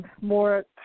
more